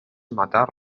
matar